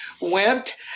went